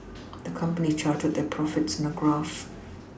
the company charted their profits in a graph